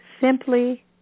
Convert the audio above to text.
simply